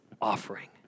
offering